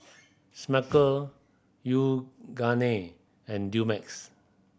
Smucker Yoogane and Dumex